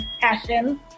passion